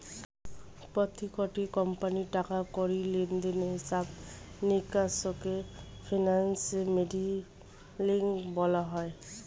প্রত্যেকটি কোম্পানির টাকা কড়ি লেনদেনের হিসাব নিকাশকে ফিনান্সিয়াল মডেলিং বলা হয়